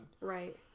Right